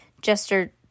Jester